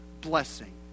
blessing